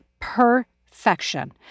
Perfection